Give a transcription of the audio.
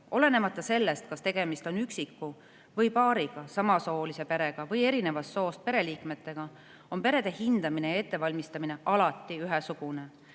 Olenemata sellest, kas tegemist on üksiku [inimese] või paariga, samasoolise pere või eri soost pereliikmetega, on perede hindamine ja ettevalmistamine alati ühesugune.